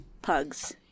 Pugs